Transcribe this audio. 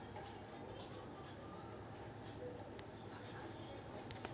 क्या मैं credit card से पैसे निकाल सकता हूँ?